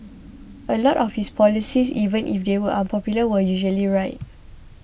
a lot of his policies even if they were unpopular were usually right